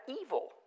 evil